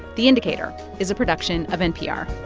the indicator is a production of npr